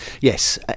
Yes